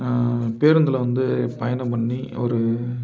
பேருந்தில் வந்து பயணம் பண்ணி ஒரு